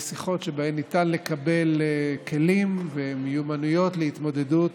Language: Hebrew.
אלו שיחות שבהן ניתן לקבל כלים ומיומנויות להתמודדות